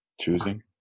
choosing